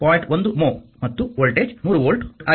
1 mho ಮತ್ತು voltage 100 volt ಆಗಿದೆ